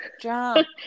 jump